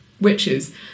witches